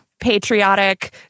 patriotic